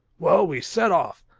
well, we set off.